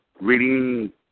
reading